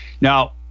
Now